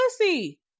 pussy